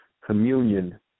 communion